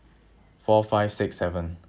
four five six seven